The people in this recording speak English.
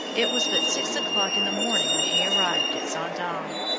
it was but six o'clock in the morning when he arrived at zaandam,